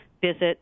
visit